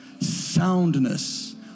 soundness